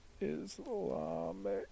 Islamic